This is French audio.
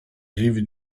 rives